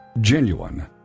genuine